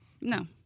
No